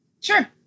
sure